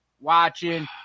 watching